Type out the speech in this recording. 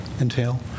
entail